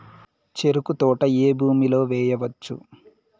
చెరుకు తోట ఏ భూమిలో వేయవచ్చు?